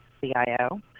CIO